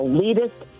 Elitist